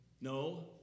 No